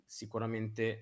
sicuramente